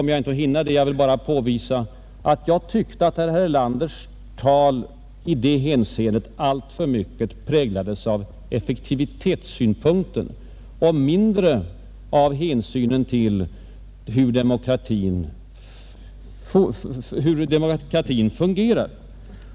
Jag tyckte att herr Erlanders anförande i det hänseendet alltför mycket präglades av effektivitetssynpunkten och mindre av hänsynen till hur demokratin fungerar.